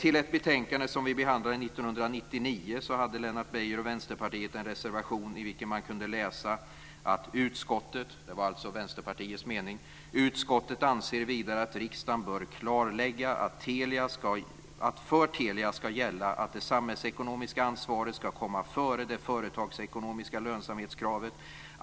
I ett betänkande som vi behandlade 1999 hade Lennart Beijer och Vänsterpartiet en reservation i vilken man kunde läsa att utskottet, det var alltså Vänsterpartiets mening: "anser vidare att riksdagen bör klarlägga att för Telia skall gälla att det samhällsekonomiska ansvaret skall komma före det företagsekonomiska lönsamhetskravet.